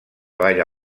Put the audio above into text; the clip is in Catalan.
balla